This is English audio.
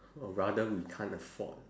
or rather we can't afford